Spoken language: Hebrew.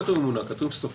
לא כתוב מונה, כתוב "סופרים".